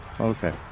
okay